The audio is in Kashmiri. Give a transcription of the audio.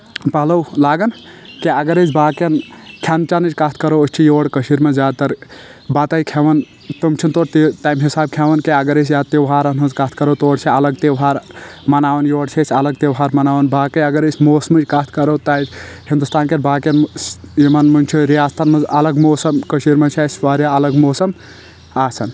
پلو لاگان کینٛہہ اگر أسۍ باقٕٮ۪ن کھٮ۪ن چٮ۪نٕچ کتھ کرو أسۍ چھِ یورٕ کٔشیٖر منٛز زیادٕ تر بتے کھٮ۪وان تم چھِنہٕ تور تہِ تمہِ حساب کھٮ۪وان کینٛہہ اگر أسۍ یا تہوارن ہنٛز کتھ کرو تورٕ چھِ الگ تہوار مناوان یورٕ چھِ أسۍ الگ تہوار مناوان باقٕے اگر أسۍ موسمٕچ کتھ کرو تتہِ ہندوستان کٮ۪ن باقِیَن یِمن منٛز چھُ رِیاستن منٛز چھُ الگ موسم کٔشیٖر منٛز چھُ اسہِ واریاہ الگ موسم آسان